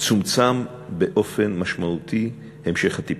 צומצם באופן משמעותי המשך הטיפול.